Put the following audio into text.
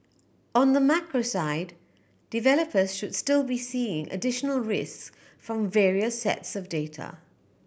on the macro side developers should still be seeing additional risks from various sets of data